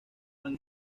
han